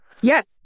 Yes